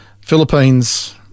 Philippines